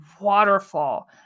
waterfall